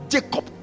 Jacob